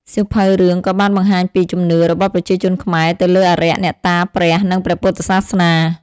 សៀវភៅរឿងក៏បានបង្ហាញពី ជំនឿ របស់ប្រជាជនខ្មែរទៅលើអារក្ស អ្នកតា ព្រះ និងព្រះពុទ្ធសាសនា។